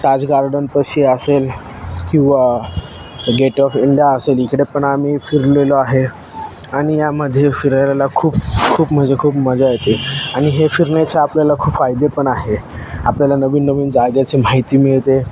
ताज garden पाशी असेल किंवा गेट ऑफ इंडिया असेल इकडे पण आम्ही फिरलेलो आहे आणि यामध्ये फिरायला खूप खूप म्हजे खूप मजा येते आणि हे फिरण्याचे आपल्याला खूप फायदे पण आहे आपल्याला नवीन नवीन जागेची माहिती मिळते